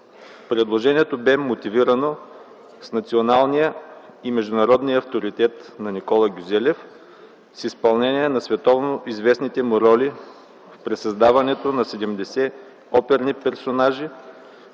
Предложението беше мотивирано с националния и международния авторитет на Никола Гюзелев, с изпълнение на световно известните му роли в пресъздаването на над 70 оперни персонажи.